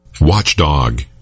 Watchdog